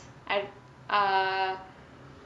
I err